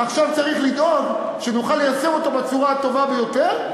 עכשיו צריך לדאוג שנוכל ליישם אותו בצורה הטובה ביותר,